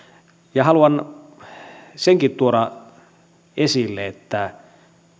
ja haluan senkin tuoda esille että